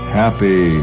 happy